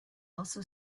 also